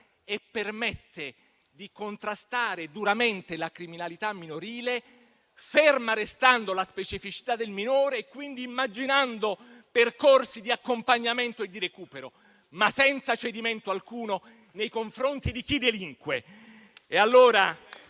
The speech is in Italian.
e di contrastare duramente la criminalità minorile, ferma restando la specificità del minore e quindi immaginando percorsi di accompagnamento e di recupero, senza però cedimento alcuno nei confronti di chi delinque.